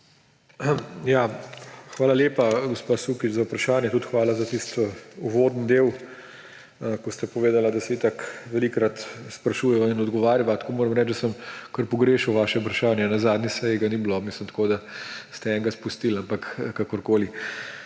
Hvala lepa, gospa Sukič, za vprašanje. Tudi hvala za tisti uvodni del, ko ste povedali, da se itak velikokrat sprašujeva in odgovarjava. Moram reči, da sem kar pogrešal vaše vprašanje, na zadnji seji ga ni bilo, ste enega izpustili, ampak kakorkoli.